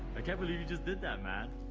i can't believe you just did that, man.